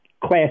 Class